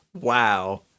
Wow